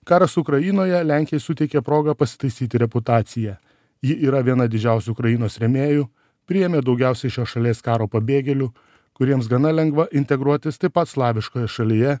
karas ukrainoje lenkijai suteikė progą pasitaisyti reputaciją ji yra viena didžiausių ukrainos rėmėjų priėmė daugiausiai šios šalies karo pabėgėlių kuriems gana lengva integruotis taip pat slaviškoje šalyje